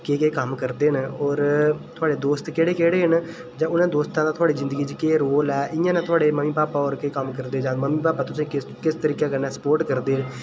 केह् केह् कम्म करदे न होर थुआढ़े दोस्त केह्ड़े केह्ड़े न जां उ'नें दोस्तें दा थुआढ़ी जिंदगी च केह् रोल ऐ ते थुआढ़े मम्मी भापा केह् करदे न जां मम्मी भापा तु'सेंगी किस तरीके कन्नै स्पोर्ट करदे न